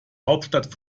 hauptstadt